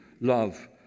love